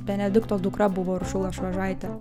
benedikto dukra buvo uršula švažaitė